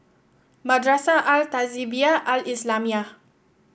Madrasah Al Tahzibiah Al Islamiah